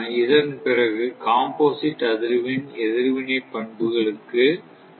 இதன் பிறகு காம்போசிட் அதிர்வெண் எதிர்வினை பண்புகளுக்கு செல்வோம்